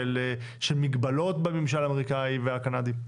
של מגבלות בממשל האמריקאי והקנדי?